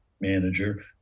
manager